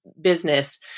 business